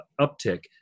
uptick